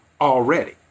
already